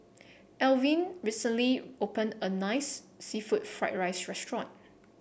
Alvin recently opened a nice seafood Fried Rice restaurant